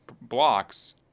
blocks